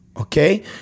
okay